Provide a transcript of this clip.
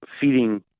feeding